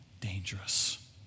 dangerous